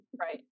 right